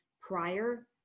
prior